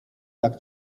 tak